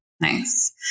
Nice